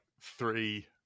three